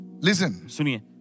Listen